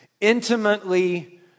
Intimately